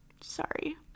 sorry